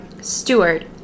Stewart